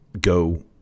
go